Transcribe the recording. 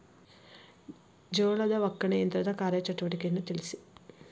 ಜೋಳದ ಒಕ್ಕಣೆ ಯಂತ್ರದ ಕಾರ್ಯ ಚಟುವಟಿಕೆಯನ್ನು ತಿಳಿಸಿ?